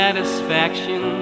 satisfaction